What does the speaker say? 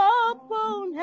open